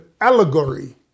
allegory